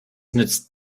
nützt